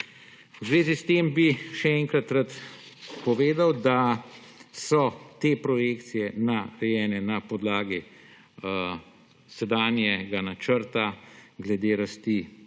V zvezi s tem bi še enkrat rad povedal, da so te projekcije narejene na podlagi sedanjega načrta glede rasti bruto